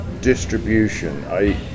distribution